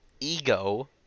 ego